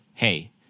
Hey